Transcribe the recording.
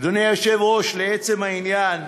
אדוני היושב-ראש, לעצם העניין,